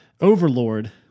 overlord